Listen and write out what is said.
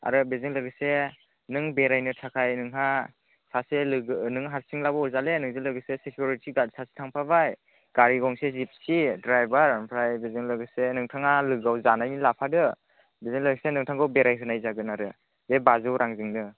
आरो बेजों लोगोसे नों बेरायनो थाखाय नोंहा सासे लोगो नों हारसिंब्लाबो अरजालिया नोंजों लोगोसे सिकिउरिटि गार्ड सासे थांफाबाय गारि गंसे जिपसि ड्राइभार ओमफ्राय बेजों लोगोसे नोंथाङा लोगोआव जानायनि लाफादो बेजों लोगोसे नोंथांखौ बेराय होनाय जागोन आरो बे बाजौ रांजोंनो